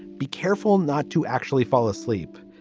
be careful not to actually fall asleep,